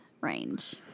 range